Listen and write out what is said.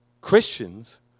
Christians